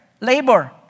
labor